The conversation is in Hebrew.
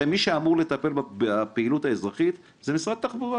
מי שאמור לטפל בפעילות האזרחית זה משרד התחבורה,